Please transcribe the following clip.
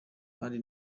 kandi